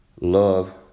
love